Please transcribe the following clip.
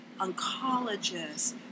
oncologists